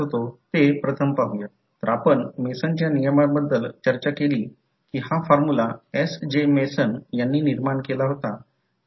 आता जरी 2 coils physically वेगळ्या असल्या तरी ते मॅग्नेटिकली कपलड असल्याचे म्हटले जाते कारण फ्लक्सचा भाग इतर कॉइलला देखील जोडतो